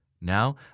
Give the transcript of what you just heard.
Now